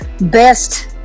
best